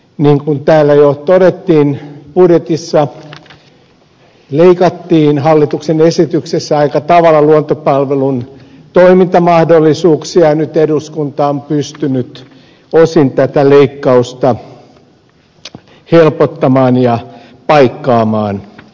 niin kuin täällä jo todettiin budjetissa leikattiin hallituksen esityksessä aika tavalla luontopalvelujen toimintamahdollisuuksia ja nyt eduskunta on pystynyt osin tätä leikkausta helpottamaan ja paikkaamaan